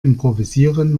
improvisieren